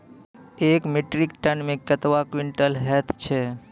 एक metric ton मे कतवा क्वींटल हैत छै?